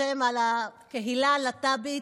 בשם הקהילה הלהט"בית.